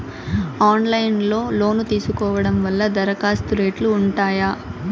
Online లో loan తీసుకోవడం వల్ల దరఖాస్తు రేట్లు ఉంటాయా?